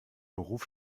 beruf